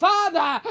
Father